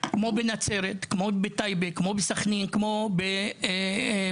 כמו בנצרת, כמו בטייבה, כמו בסכנין וכמו בדרום.